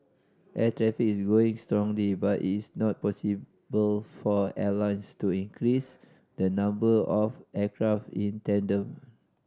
air traffic is growing strongly but is not possible for airlines to increase the number of aircraft in tandem